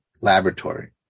laboratory